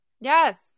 Yes